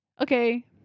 okay